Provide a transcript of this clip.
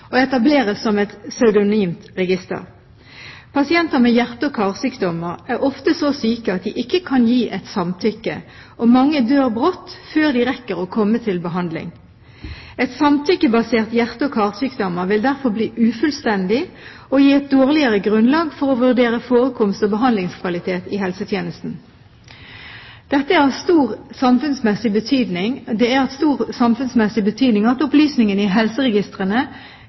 og etableres som et pseudonymt register. Pasienter med hjerte- og karsykdommer er ofte så syke at de ikke kan gi et samtykke, og mange dør brått – før de rekker å komme til behandling. Et samtykkebasert hjerte- og karregister vil derfor bli ufullstendig og gi et dårligere grunnlag for å vurdere forekomst og behandlingskvalitet i helsetjenesten. Det er av stor samfunnsmessig betydning at opplysningene i helseregistrene er